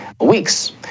weeks